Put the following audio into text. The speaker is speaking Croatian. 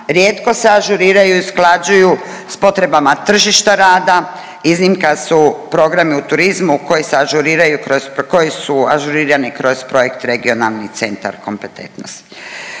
rijetko se ažuriraju i usklađuju s potrebama tržišta rada, iznimka su programi u turizmu koji se ažuriraju kroz, koji su ažurirani kroz projekt Regionalni centar kompetentnosti.